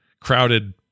crowded